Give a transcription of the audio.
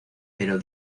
pero